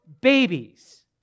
babies